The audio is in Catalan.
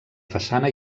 façana